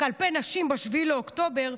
כלפי נשים ב-7 באוקטובר,